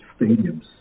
stadiums